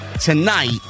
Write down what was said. tonight